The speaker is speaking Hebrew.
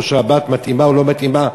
או שהבת מתאימה או לא מתאימה,